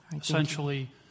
Essentially